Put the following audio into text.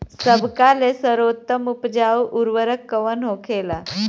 सबका ले सर्वोत्तम उपजाऊ उर्वरक कवन होखेला?